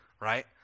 right